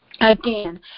Again